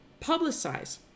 publicize